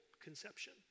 conception